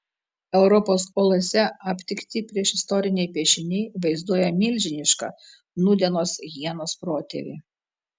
europos olose aptikti priešistoriniai piešiniai vaizduoja milžinišką nūdienos hienos protėvį